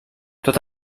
tot